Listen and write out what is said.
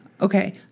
Okay